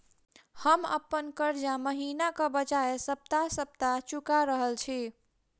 हम अप्पन कर्जा महिनाक बजाय सप्ताह सप्ताह चुका रहल छि